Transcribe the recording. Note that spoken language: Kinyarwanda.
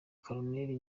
koruneri